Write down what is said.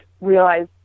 realize